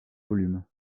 volumes